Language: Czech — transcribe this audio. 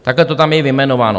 Takhle to tam je vyjmenováno.